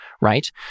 right